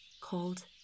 called